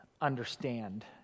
understand